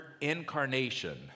incarnation